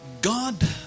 God